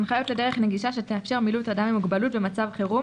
הנחיות לדרך נגישה שתאפשר מילוט אדם עם מוגבלות במצב חירום